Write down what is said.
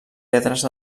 pedres